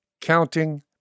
counting